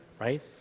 right